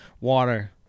water